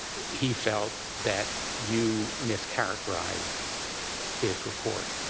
he felt that you mischaracterized his report,